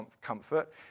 comfort